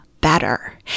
better